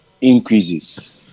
increases